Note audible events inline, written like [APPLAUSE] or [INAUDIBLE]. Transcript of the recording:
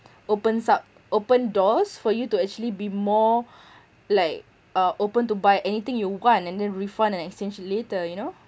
opens up open doors for you to actually be more [BREATH] like uh open to buy anything you want and then refund and exchange later you know